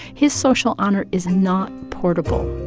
his social honor is not portable